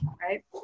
right